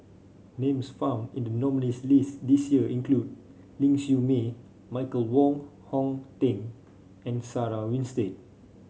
names found in the nominees' list this year include Ling Siew May Michael Wong Hong Teng and Sarah Winstedt